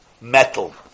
metal